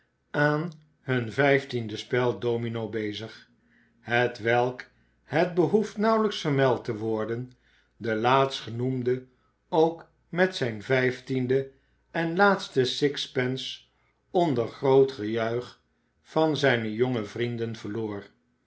aan hun vijftiende spel domino bezig hetwelk het behoeft nauwelijks vermeld te worden de laatstgenoemde ook met zijn vijftiende en laatste sixpence onder groot gejuich van zijne jonge vrienden verloor